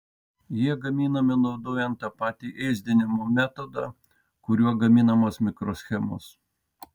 jie gaminami naudojant tą patį ėsdinimo metodą kuriuo gaminamos mikroschemos